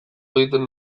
egiten